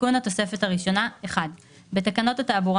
תיקון התוספת הראשונה בתקנות התעבורה